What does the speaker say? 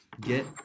get